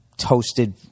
toasted